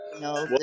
No